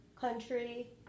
country